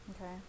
okay